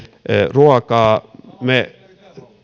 ruokaa me